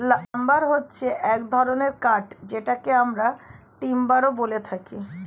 lumber হচ্ছে এক ধরনের কাঠ যেটাকে আমরা টিম্বারও বলে থাকি